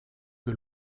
que